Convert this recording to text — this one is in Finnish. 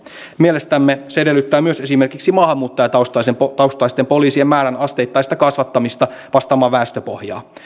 mielestämme se edellyttää myös esimerkiksi maahanmuuttajataustaisten poliisien määrän asteittaista kasvattamista vastaamaan väestöpohjaa